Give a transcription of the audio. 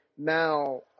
Now